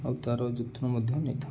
ଆଉ ତା'ର ଯତ୍ନ ମଧ୍ୟ ନେଇଥାଏ